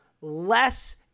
less